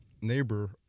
neighbor